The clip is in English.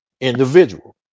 individual